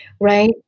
right